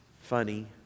funny